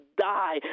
die